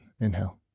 Inhale